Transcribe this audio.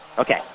ok.